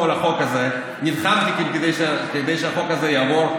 על החוק הזה נלחמתי כאן כדי שהחוק הזה יעבור.